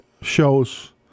shows